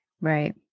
right